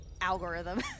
algorithm